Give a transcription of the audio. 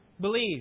believe